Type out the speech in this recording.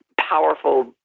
powerful